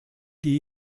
die